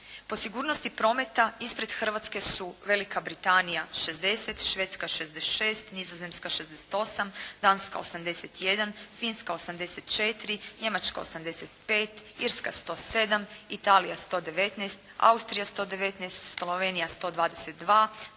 Po sigurnosti prometa ispred Hrvatske su Velika Britanija 60, Švedska 66, Nizozemska 68, Danska 81, Finska 84, Njemačka 85, Irska 107, Italija 119, Austrija 119, Slovenija 122,